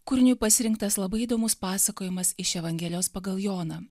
kūriniui pasirinktas labai įdomus pasakojimas iš evangelijos pagal joną